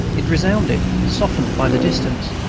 it resounded, softened by the distance.